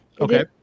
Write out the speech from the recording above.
Okay